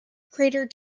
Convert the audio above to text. crater